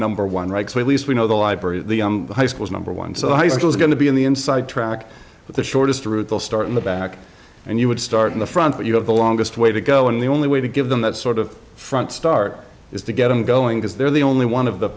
number one right so at least we know the library the high school is number one so high school is going to be on the inside track with the shortest route they'll start in the back and you would start in the front but you have the longest way to go and the only way to give them that sort of front start is to get them going because they're the only one of the